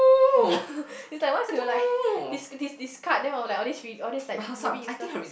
it's like once you like dis~ dis~ discard then all this re~ all this like maybe useless